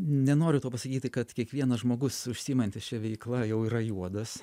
nenoriu to pasakyti kad kiekvienas žmogus užsiimantis šia veikla jau yra juodas